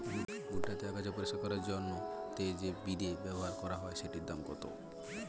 ভুট্টা তে আগাছা পরিষ্কার করার জন্য তে যে বিদে ব্যবহার করা হয় সেটির দাম কত?